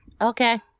Okay